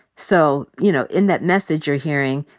so, you know, in that message you're hearing,